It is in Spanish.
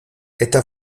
esta